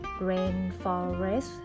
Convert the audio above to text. Rainforest